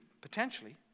potentially